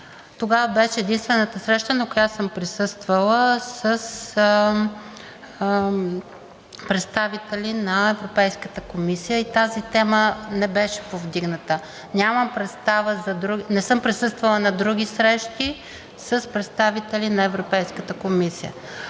Тогава беше единствената среща, на която съм присъствала с представители на Европейската комисия и тази тема не беше повдигната. Не съм присъствала на други срещи с представители на Европейската комисия.